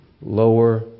Lower